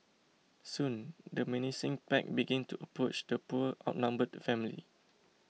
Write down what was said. soon the menacing pack began to approach the poor outnumbered family